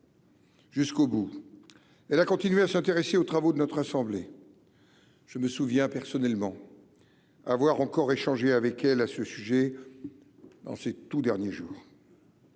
jusqu'au bout, elle a continué à s'intéresser aux travaux de notre assemblée, je me souviens personnellement avoir encore échanger avec elle à ce sujet dans ces tout derniers jours.